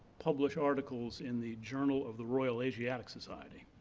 publish articles in the journal of the royal asiatic society,